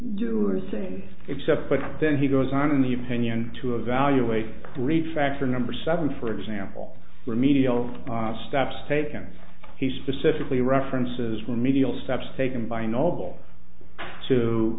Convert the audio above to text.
say except but then he goes on in the opinion to evaluate greed factor number seven for example remedial steps taken he specifically references remedial steps taken by noble to